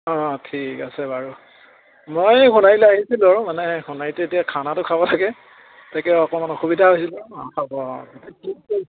অঁ ঠিক আছে বাৰু মই এই সোণাৰিলৈ আহিছিলোঁ মানে সোণাৰিততো এতিয়া খানাটো খাব লাগে তাকে অকণমান অসুবিধা হৈছিলে অঁ হ'ব অঁ